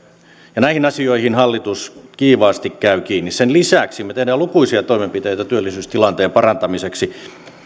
näihin asioihin hallitus kiivaasti käy kiinni sen lisäksi me teemme lukuisia toimenpiteitä työllisyystilanteen parantamiseksi